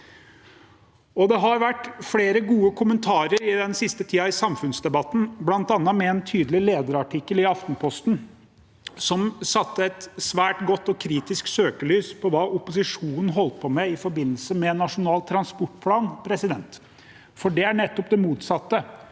tiden vært flere gode kommentarer i samfunnsdebatten, bl.a. en tydelig lederartikkel i Aftenposten, som satte et svært godt og kritisk søkelys på hva opposisjonen holdt på med i forbindelse med Nasjonal transportplan, for det er nettopp det motsatte: